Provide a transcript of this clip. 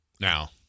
Now